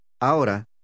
Ahora